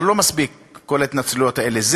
אבל לא מספיק כל ההתנצלויות האלה,